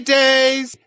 days